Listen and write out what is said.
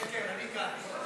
כן כן, אני כאן.